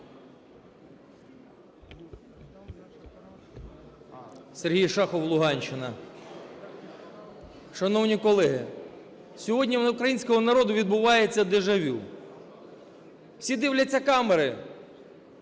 Сергій Шахов, Луганщина. Шановні колеги, сьогодні в українського народу відбувається дежавю. Всі дивляться камери